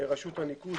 רשות הניקוז,